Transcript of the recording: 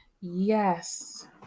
Yes